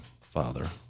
Father